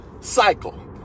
cycle